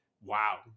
Wow